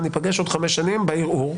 ניפגש עוד חמש שנים בערעור.